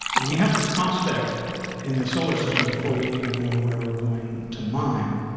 we have to prospect in the solar system before we even know where we're going to mine.